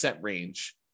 range